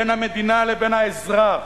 בין המדינה לבין האזרח,